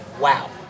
Wow